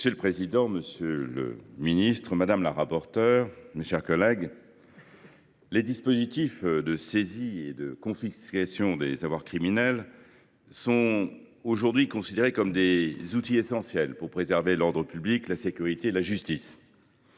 Monsieur le président, monsieur le ministre, mes chers collègues, les dispositifs de saisie et de confiscation des avoirs criminels sont aujourd’hui des outils essentiels pour préserver l’ordre public, la sécurité et la justice.